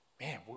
man